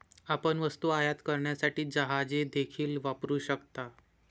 आपण वस्तू आयात करण्यासाठी जहाजे देखील वापरू शकता